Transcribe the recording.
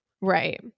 Right